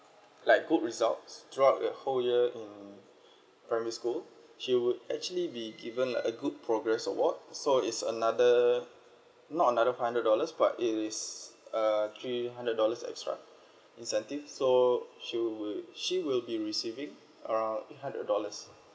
like good results throughout the whole year hmm primary school she would actually be given a good progress award so is another not another five hundred dollars but is uh three hundred dollars extra incentives so she will she will be receiving around eight hundred dollars